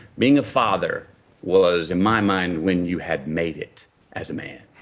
being a father was in my mind when you had made it as a man.